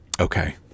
okay